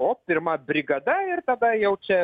o pirma brigada ir tada jau čia